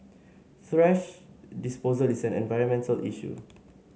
thrash disposal is an environmental issue